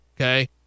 okay